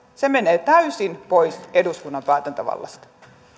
se menee täysin pois eduskunnan päätäntävallasta